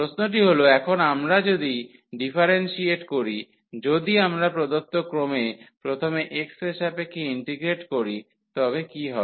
প্রশ্নটি হল এখন আমরা যদি ডিফারেন্সিয়েট করি যদি আমরা প্রদত্ত ক্রমে প্রথমে x এর সাপেক্ষে ইন্টিগ্রেট করি তবে কি হবে